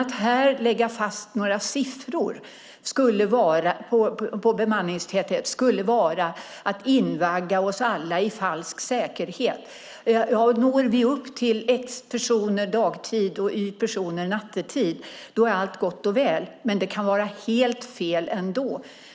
Att här lägga fast några siffror på bemanningstäthet skulle vara att invagga oss alla i falsk säkerhet: Når vi upp till x personer dagtid och y personer nattetid är allt gott och väl. Men det kan vara helt fel ändå.